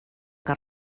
que